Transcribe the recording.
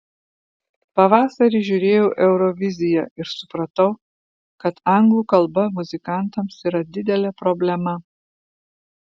pavasarį žiūrėjau euroviziją ir supratau kad anglų kalba muzikantams yra didelė problema